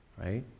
right